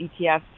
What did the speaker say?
ETFs